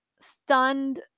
stunned